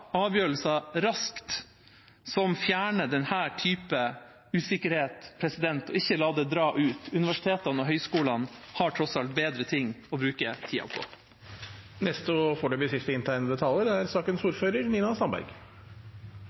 avgjørelser som fjerner denne typen usikkerhet, raskt og ikke la det dra ut. Universitetene og høyskolene har tross alt bedre ting å bruke tida på. For Arbeiderpartiet er det innlysende at bygg er